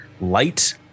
light